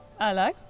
hello